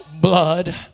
blood